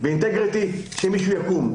ואינטגריטי שמישהו יקום.